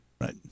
Right